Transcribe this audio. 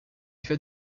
fait